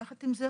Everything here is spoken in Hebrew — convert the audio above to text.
יחד עם זאת,